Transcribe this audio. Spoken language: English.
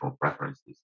preferences